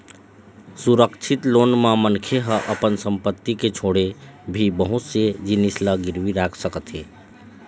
सुरक्छित लोन म मनखे ह अपन संपत्ति के छोड़े भी बहुत से जिनिस ल गिरवी राख सकत हे